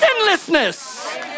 sinlessness